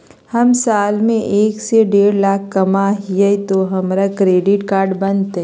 हम साल में एक से देढ लाख कमा हिये तो हमरा क्रेडिट कार्ड बनते?